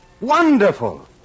Wonderful